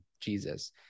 Jesus